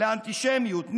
לאנטישמיות.